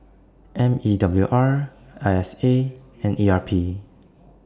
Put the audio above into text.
M E W R I S A and E R P